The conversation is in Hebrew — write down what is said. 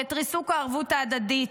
את ריסוק הערבות ההדדית,